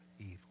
evil